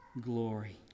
glory